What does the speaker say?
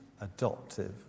adoptive